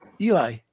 Eli